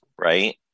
right